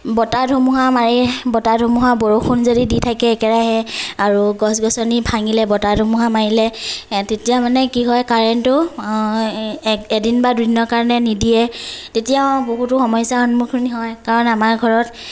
বতাহ ধুমুহা মাৰে বতাহ ধুমুহা বৰষুণ যদি দি থাকে একেৰাহে আৰু গছ গছনি ভাঙিলে বতাহ ধুমুহা মাৰিলে তেতিয়া মানে কি হয় কাৰেন্টটো এদিন বা দুদিনৰ কাৰণে নিদিয়ে তেতিয়াও বহুতো সমস্যাৰ সন্মুখীন হয় কাৰণ আমাৰ ঘৰত